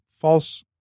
false